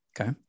Okay